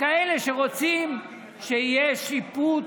כאלה שרוצים שיהיה שיפוט,